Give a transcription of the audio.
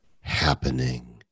happening